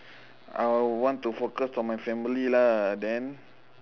I would want to focus on my family lah then